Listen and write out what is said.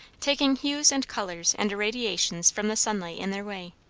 taking hues and colours and irradiations from the sunlight in their way.